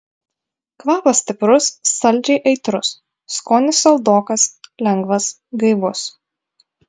kvapas stiprus saldžiai aitrus skonis saldokas lengvas gaivus